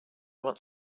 want